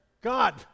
God